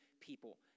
people